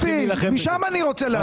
משם אני רוצה להתחיל.